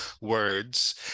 words